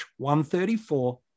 134